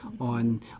on